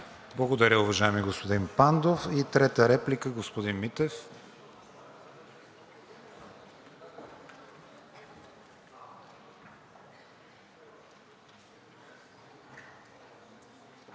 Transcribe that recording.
Благодаря, уважаеми господин Пандов. И трета реплика – господин Митев.